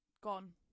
Gone